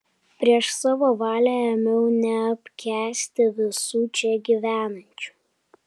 prieš savo valią ėmiau neapkęsti visų čia gyvenančių